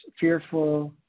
fearful